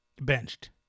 benched